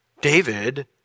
David